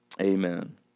Amen